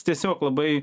tiesiog labai